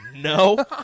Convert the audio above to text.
No